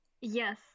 yes